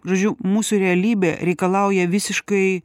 žodžiu mūsų realybė reikalauja visiškai